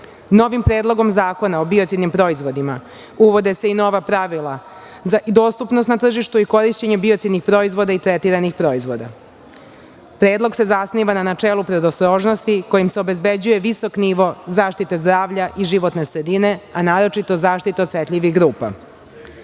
predlogom Zakona o biocidnim proizvodima uvode se i nova pravila za dostupnost na tržištu, korišćenje biocidnih proizvoda i tretiranih proizvoda. Predlog se zasniva na načelu predostrožnosti kojim se obezbeđuje visok nivo zaštite zdravlja i životne sredine, a naročito zaštita osetljivih